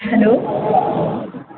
hello